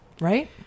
right